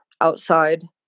outside